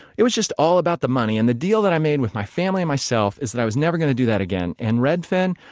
it was just all about the money. and the deal that i made with my family and myself is that i was never going to do that again. and redfin,